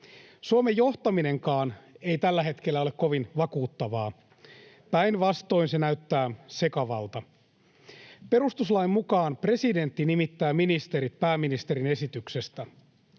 Suomen johtaminenkaan ei tällä hetkellä ole kovin vakuuttavaa. Päinvastoin se näyttää sekavalta. Perustuslain mukaan presidentti nimittää ministerit pääministerin esityksestä.